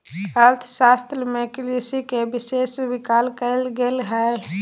अर्थशास्त्र में कृषि के विशेष स्वीकार कइल गेल हइ